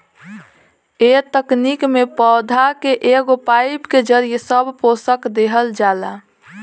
ए तकनीक में पौधा के एगो पाईप के जरिये सब पोषक देहल जाला